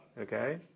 okay